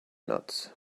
nuts